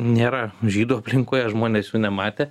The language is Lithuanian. nėra žydų aplinkoje žmonės jų nematė